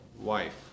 wife